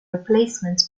replacement